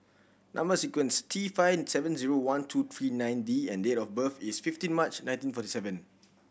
number sequence T five seven zero one two three nine D and date of birth is fifteen March nineteen forty seven